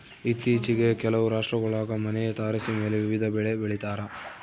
ಇತ್ತೀಚಿಗೆ ಕೆಲವು ರಾಷ್ಟ್ರಗುಳಾಗ ಮನೆಯ ತಾರಸಿಮೇಲೆ ವಿವಿಧ ಬೆಳೆ ಬೆಳಿತಾರ